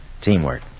Teamwork